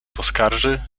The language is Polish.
poskarży